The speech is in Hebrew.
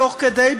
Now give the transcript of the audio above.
תוך כדי,